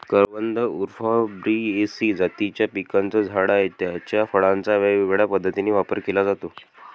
करवंद उफॉर्बियेसी जातीच्या पिकाचं झाड आहे, याच्या फळांचा वेगवेगळ्या पद्धतीने वापर केला जातो